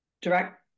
Direct